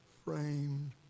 Framed